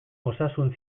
osasun